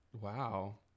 wow